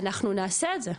אנחנו נעשה את זה.